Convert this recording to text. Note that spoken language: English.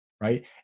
right